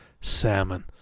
salmon